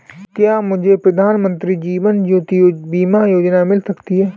क्या मुझे प्रधानमंत्री जीवन ज्योति बीमा योजना मिल सकती है?